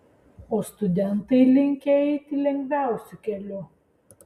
o studentai linkę eiti lengviausiu keliu